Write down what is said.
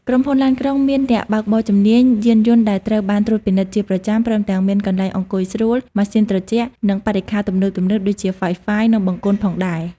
ក្រុមហ៊ុនឡានក្រុងមានអ្នកបើកបរជំនាញ យានយន្តដែលត្រូវបានត្រួតពិនិត្យជាប្រចាំ ព្រមទាំងមានកន្លែងអង្គុយស្រួល ម៉ាស៊ីនត្រជាក់ និងបរិក្ខារទំនើបៗដូចជា Wi-Fi និងបង្គន់ផងដែរ។